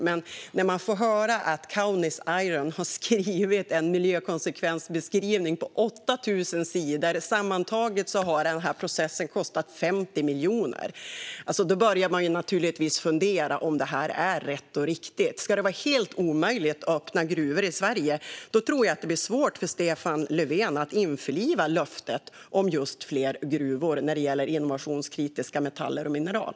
Men när man får höra att Kaunis Iron har skrivit en miljökonsekvensbeskrivning på 8 000 sidor - sammantaget har processen kostat 50 miljoner - börjar man fundera på om det här är rätt och riktigt. Ska det vara helt omöjligt att öppna gruvor tror jag att det blir svårt för Stefan Löfven att hålla löftet om just fler gruvor när det gäller innovationskritiska metaller och mineral.